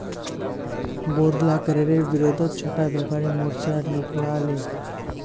बोढ़ला करेर विरोधत छोटो व्यापारी मोर्चा निकला ले